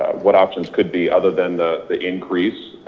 what options could be other than the the increase,